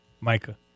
Micah